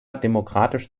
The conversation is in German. demokratisch